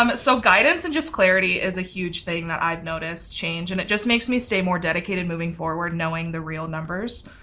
um so guidance and just clarity is a huge thing that i've noticed change. and it just makes me stay more dedicated moving forward knowing the real numbers.